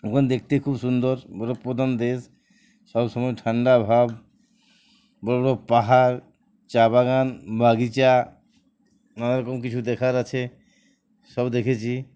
ওখানে দেখতে খুব সুন্দর বরফ প্রধান দেশ সবসময় ঠান্ডা ভাব বড় বড় পাহাড় চা বাগান বাগিচা নানারকম কিছু দেখার আছে সব দেখেছি